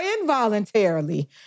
involuntarily